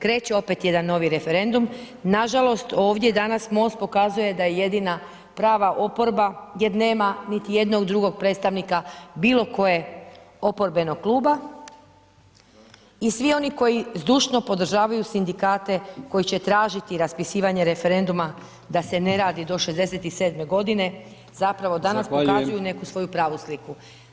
Kreće opet jedan novi referendum, nažalost, ovdje danas MOST pokazuje da je jedina prava oporba jer nema niti jednog drugog predstavnika bilo kojeg oporbenog kluba i svi oni koji zdušno podržavaju sindikate, koji će tražiti raspisivanje referenduma, da se ne radi do 67 godine, zapravo danas [[Upadica: Zahvaljujem.]] pokazuju neku svoju pravu sliku.